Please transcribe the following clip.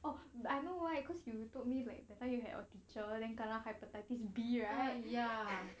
but I know why cause you told me like that time you had your teacher then kena hepatitis B right